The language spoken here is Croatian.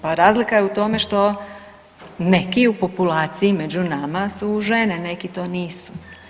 Pa razlika je u tome što neki u populaciji među nama su žene, neki to nisu.